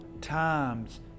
times